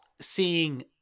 seeing